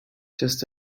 just